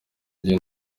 gihe